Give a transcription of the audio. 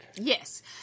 Yes